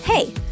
Hey